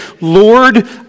Lord